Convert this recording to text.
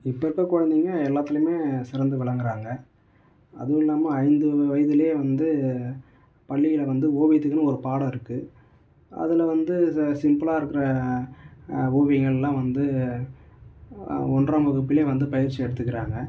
இப்போ இருக்க குழந்தைங்கள் எல்லாத்துலேயுமே சிறந்து விளங்கிறாங்க அதுவும் இல்லாமல் ஐந்து வயதிலே வந்து பள்ளியில் வந்து ஓவியத்துக்குனு ஒரு பாடம் இருக்குது அதில் வந்து ச சிம்பிளாக இருக்கிற ஓவியங்களெலாம் வந்து ஒன்றாம் வகுப்பிலே வந்து பயிற்சி எடுத்துக்கிறாங்க